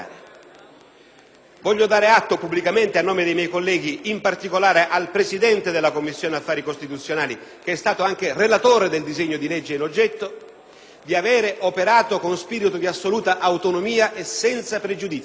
Voglio dare atto pubblicamente, a nome dei miei colleghi, in particolare al Presidente della Commissione affari costituzionali, che è stato anche relatore del disegno di legge in oggetto, di aver operato con spirito di assoluta autonomia e senza pregiudizi,